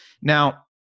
Now